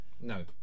No